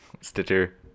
stitcher